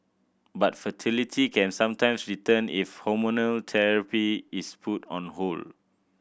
but fertility can sometimes return if hormonal therapy is put on hold